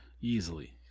Easily